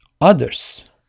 others